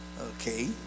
okay